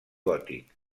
gòtic